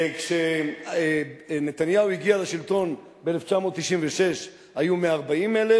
כשנתניהו הגיע לשלטון ב-1996 היו 140,000,